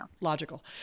logical